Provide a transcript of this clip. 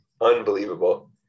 Unbelievable